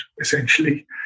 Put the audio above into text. essentially